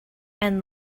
and